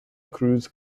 cruz